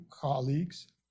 colleagues